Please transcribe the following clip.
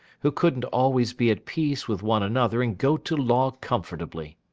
who couldn't always be at peace with one another and go to law comfortably.